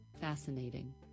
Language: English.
Fascinating